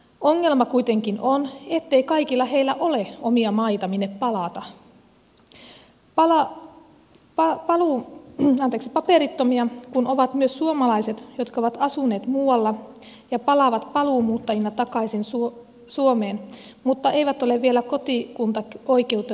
ongelma kuitenkin on ettei kaikilla heillä ole omia maita minne palata paperittomia kun ovat myös suomalaiset jotka ovat asuneet muualla ja palaavat paluumuuttajina takaisin suomeen mutta eivät ole vielä kotikuntaoikeutta saaneet